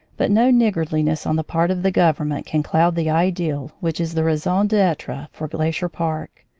but no niggardliness on the part of the government can cloud the ideal which is the raison d'etre for glacier park.